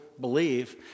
believe